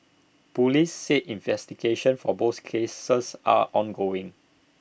Police said investigations for both cases are ongoing